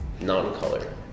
non-color